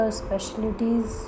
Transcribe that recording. specialties